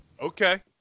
Okay